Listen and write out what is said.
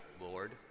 Lord